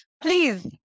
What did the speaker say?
please